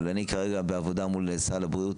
אבל אני כרגע בעבודה מול משרד הבריאות